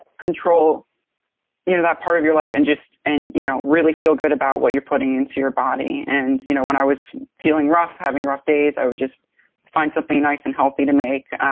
control you know, that part of your life and just, and you know really feel good about what you're putting into your body. and you know when i was feeling rough, having rough days i would just find something nice and healthy to make.